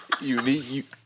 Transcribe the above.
unique